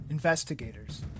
investigators